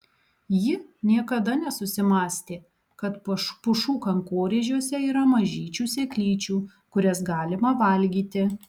ji niekada nesusimąstė kad pušų kankorėžiuose yra mažyčių sėklyčių kurias galima valgyti